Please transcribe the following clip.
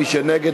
מי שנגד,